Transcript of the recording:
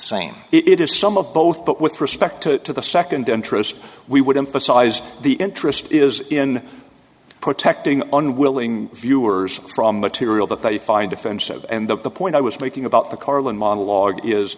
same it is some of both but with respect to the second interest we would emphasize the interest is in protecting unwilling viewers from material that they find offensive and that the point i was making about the carlin monologue is